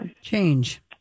change